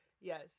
Yes